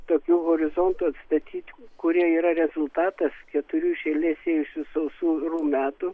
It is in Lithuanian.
tokių horizontų atstatyti kurie yra rezultatas keturių iš eilės ėjusių sausrų metų